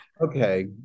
okay